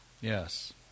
Yes